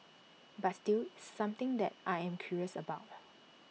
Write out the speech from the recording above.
but still it's something that I am curious about